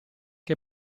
che